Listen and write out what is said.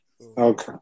Okay